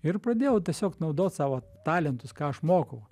ir pradėjau tiesiog naudot savo talentus ką aš mokau